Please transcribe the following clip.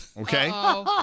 Okay